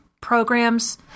programs